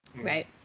Right